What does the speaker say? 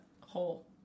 hole